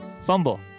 Fumble